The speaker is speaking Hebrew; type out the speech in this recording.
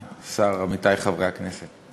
אדוני ראש הממשלה, השר, עמיתי חברי הכנסת,